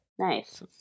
Nice